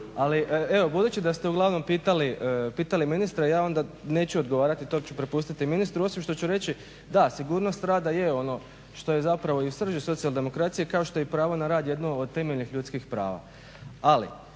Ali evo budući da ste uglavnom pitali ministra ja onda neću odgovarati, to ću prepustiti ministru, osim što ću reći da, sigurnost rada je ono što je zapravo u srži socijaldemokracije kao što je i pravo na rad jedno od temeljnih ljudskih prava. Ali